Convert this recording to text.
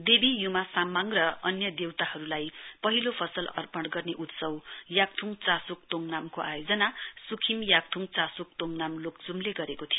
देवी य्मा साम्माङ र अन्य देवताहरुलाई पहिलो फसल अर्पण गर्ने उत्सव याक्थ्ङ चासोक तोङतामको आयोजना स्खिम याक्थ्ङ चासोक तोङनाम लोक्च्मले गरेको थियो